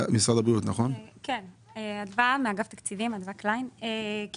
אגף התקציבים, משרד הבריאות.